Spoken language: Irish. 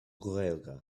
ghaeilge